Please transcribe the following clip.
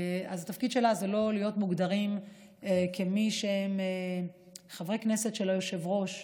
התפקיד שלה הוא לא להיות מוגדרים כמי שהם חברי כנסת של היושב-ראש,